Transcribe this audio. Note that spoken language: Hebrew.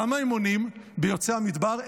כמה הם מונים בין יוצאי המדבר?